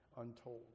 untold